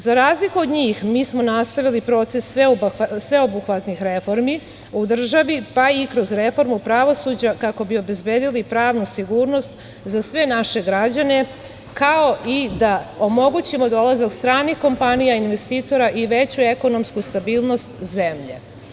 Za razliku od njih, mi smo nastavili proces sveobuhvatnih reformi u državi, pa i kroz reformu pravosuđa kako bi obezbedili pravnu sigurnost za sve naše građane, kao i da omogućimo dolazak stranih kompanija, investitora i veću ekonomsku stabilnost zemlje.